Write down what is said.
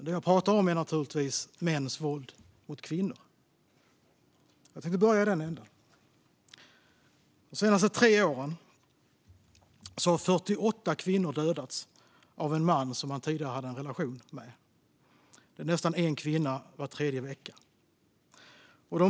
Det jag talar om är mäns våld mot kvinnor. Jag tänkte börja i den änden. De senaste tre åren har 48 kvinnor mördats av en man som man tidigare haft en relation med. Det är nästan en kvinna var tredje vecka.